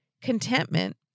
contentment